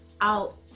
out